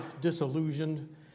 disillusioned